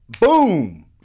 Boom